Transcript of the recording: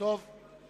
אינו נוכח יולי תמיר,